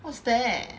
what's that